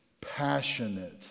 passionate